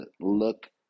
look